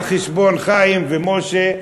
על חשבון חיים ומשה,